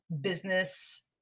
business